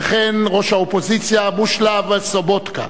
וכן ראש האופוזיציה בושלאב סובוטקה